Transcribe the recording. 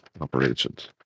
operations